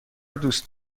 دوست